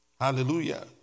Hallelujah